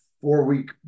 four-week